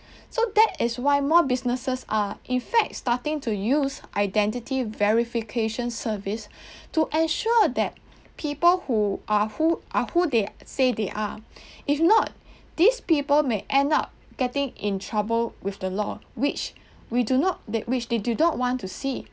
so that is why more businesses are in fact starting to use identity verification service to ensure that people who are who are who they say they are if not these people may end up getting in trouble with the law which we do not they which they do not want to see